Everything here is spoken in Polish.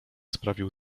sprawił